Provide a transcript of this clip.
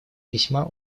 весьма